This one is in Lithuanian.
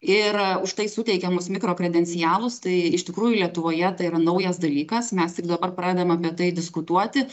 ir už tai suteikiamus mikro kredencialus tai iš tikrųjų lietuvoje tai yra naujas dalykas mes tik dabar pradedam apie tai diskutuoti